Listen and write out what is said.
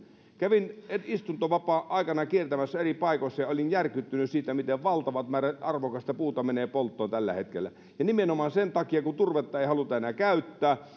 kävin istuntovapaa aikana kiertämässä eri paikoissa ja olin järkyttynyt siitä miten valtavat määrät arvokasta puuta menee polttoon tällä hetkellä ja nimenomaan sen takia kun turvetta ei haluta enää käyttää